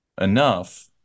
enough